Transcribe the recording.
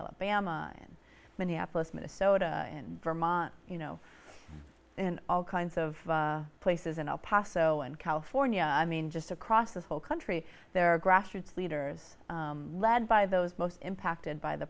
alabama in minneapolis minnesota in vermont you know in all kinds of places in el paso and california i mean just across this whole country there are grassroots leaders led by those most impacted by the